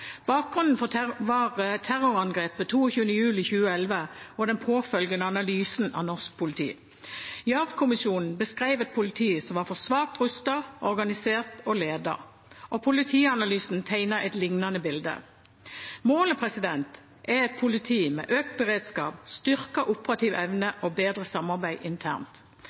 var terrorangrepet 22. juli 2011 og den påfølgende analysen av norsk politi. Gjørv-kommisjonen beskrev et politi som var for svakt rustet, organisert og ledet, og politianalysen tegnet et lignende bilde. Målet er et politi med økt beredskap, styrket operativ evne og bedre samarbeid internt.